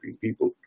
people